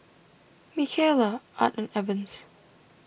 Mikaela Art and Evans